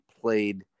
played